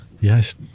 Yes